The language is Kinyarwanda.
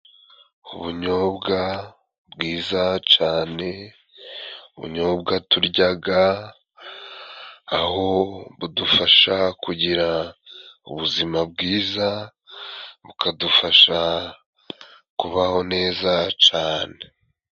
Ubunyobwa bwiza cane, ubunyobwa turyaga, aho budufasha kugira ubuzima bwiza, bukadufasha kubaho neza cane.